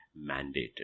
mandated